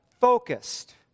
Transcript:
focused